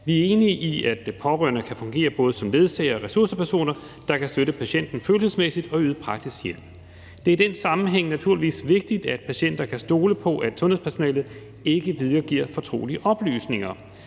Vi er enige i, at pårørende kan fungere både som ledsagere og ressourcepersoner, der kan støtte patienten følelsesmæssigt og yde praktisk hjælp. Det er i den sammenhæng naturligvis vigtigt, at patienter kan stole på, at sundhedspersonalet ikke videregiver fortrolige oplysninger.